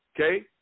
okay